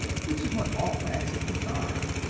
which is what all laxatives are,